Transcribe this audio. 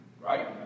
right